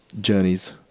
journeys